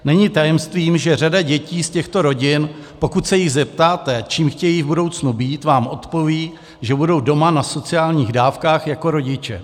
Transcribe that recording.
Není tajemstvím, že řada dětí z těchto rodin, pokud se jich zeptáte, čím chtějí v budoucnu být, vám odpoví, že budou doma na sociálních dávkách jako rodiče.